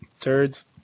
turds